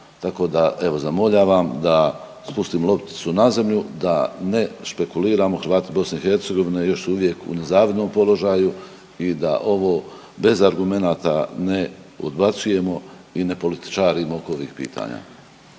tako da evo zamoljavam da spustimo lopticu na zemlju, da ne špekuliramo, Hrvati BiH još su uvijek u nezavidnom položaju i da ovo bez argumenata ne odbacujemo i ne političarimo oko ovih pitanja.